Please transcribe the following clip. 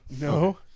No